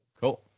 Cool